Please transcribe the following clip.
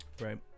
Right